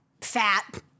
fat